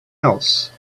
else